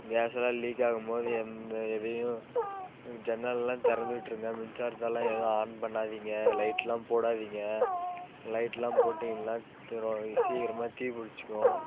case எல்லாம் leak ஆவும் போது எந்த எதையும் ஜன்னல்லாம் திறந்து விட்ருங்க மின்சாரத்தலாம் எதுவும் ஆன் பண்ணாதிங்க லைட்லாம் போடாதிங்க லைட்லாம் போட்டிங்கள்ன்னா அப்புறம் சீக்கிரமாக தீ பிடிச்சிக்கும்